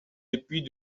depuis